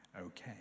okay